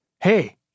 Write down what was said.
hey